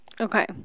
Okay